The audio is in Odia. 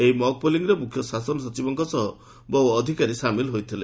ଏହି ମକ୍ ପୋଲିଂରେ ମୁଖ୍ୟ ଶାସନ ସଚିବଙ୍କ ସହ ବହୁ ଅଧିକାରୀ ସାମିଲ ହୋଇଥିଲେ